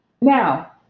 Now